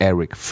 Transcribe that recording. Eric